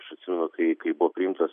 aš atsimenu kai kai buvo priimtas